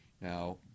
Now